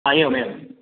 हा एवमेवं